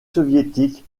soviétique